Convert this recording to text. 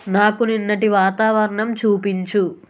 నాకు నిన్నటి వాతావరణం చూపించు